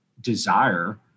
desire